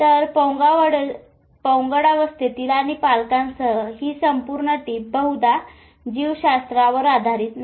तर पौगंडावस्थेतील आणि पालकांसह ही संपूर्ण टीप बहुधा जीवशास्त्रावर आधारित नाही